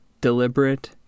deliberate